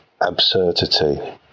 absurdity